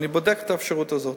אני בודק את האפשרות הזו.